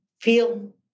feel